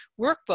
workbook